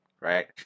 right